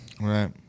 right